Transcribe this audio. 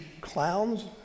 clowns